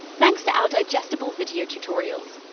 thanks to our digestible video tutorials.